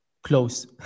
close